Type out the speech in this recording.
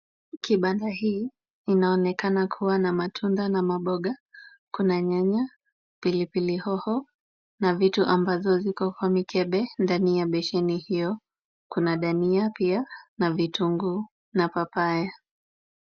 Kibanda hii inaonekana kuwa na matunda na maboga. Kuna nyanya, pilipili hoho na vitu ambavyo viko kwa mikembe ndani ya besheni hiyo. Kuna dania pia na vitunguu na papaya.